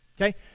Okay